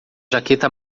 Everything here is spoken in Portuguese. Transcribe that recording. jaqueta